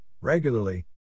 regularly